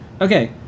Okay